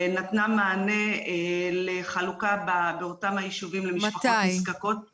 ונתנה מענה לחלוקה באותם היישובים למשפחות נזקקות,